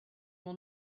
will